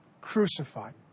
crucified